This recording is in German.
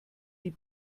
die